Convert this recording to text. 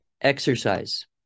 exercise